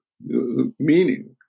meaning